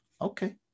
okay